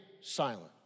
silent